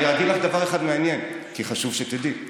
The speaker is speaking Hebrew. אני אגיד לך דבר אחד מעניין, כי חשוב שתדעי.